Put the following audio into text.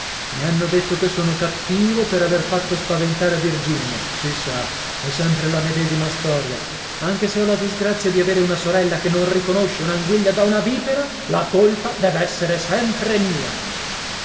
i hanno detto che sono cattivo per aver fatto spaventare virginia si sa è sempre la medesima storia anche se ho la disgrazia di avere una sorella che non riconosce un'anguilla da una vipera la colpa dev'essere sempre mia